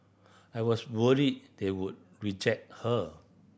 I was worried they would reject her